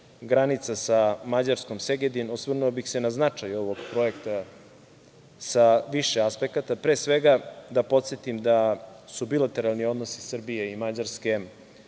granica sa Mađarskom - Segedin, osvrnuo bih se na značaju ovog projekta sa više aspekata. Pre svega da podsetim da su bilateralni odnosi Srbije i Mađarske